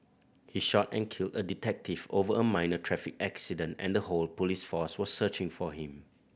he shot and killed a detective over a minor traffic accident and the whole police force was searching for him